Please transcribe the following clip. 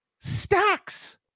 stacks